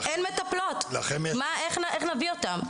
אין מטפלות, איך נביא אותן?